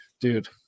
dude